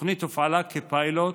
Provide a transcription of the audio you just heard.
התוכנית הופעלה כפיילוט,